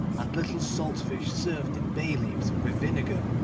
and little salt fish served in bay leaves with vinegar.